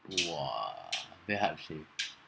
!wah! very hard to say